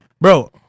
bro